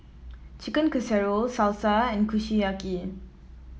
Chicken Casserole Salsa and Kushiyaki